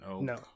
No